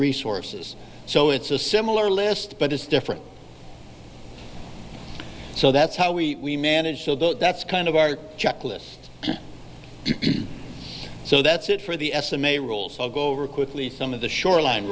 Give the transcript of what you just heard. resources so it's a similar list but it's different so that's how we manage so that's kind of our checklist so that's it for the s i'm a rule so i'll go over quickly some of the shore line